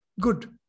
good